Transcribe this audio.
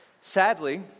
Sadly